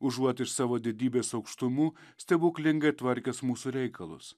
užuot iš savo didybės aukštumų stebuklingai tvarkęs mūsų reikalus